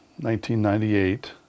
1998